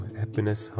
happiness